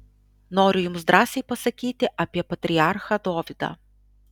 noriu jums drąsiai pasakyti apie patriarchą dovydą